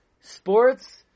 sports